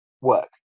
work